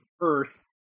earth